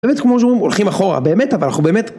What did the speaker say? באמת כמו שהוא הולכים אחורה באמת אבל אנחנו באמת